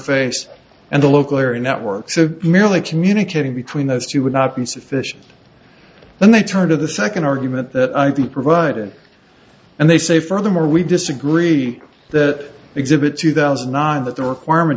interface and the local area network so merely communicating between those two would not been sufficient then they turn to the second argument that i think provided and they say furthermore we disagree that exhibit two thousand and nine that the requirement